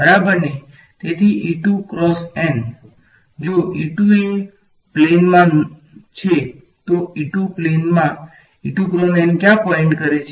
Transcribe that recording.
બરાબર ને તેથી જો એ પ્લેન ન મા છે તો પ્લેન મા ક્યા પોઇન્ટ કરે છે